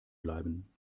bleiben